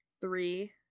Three